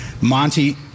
Monty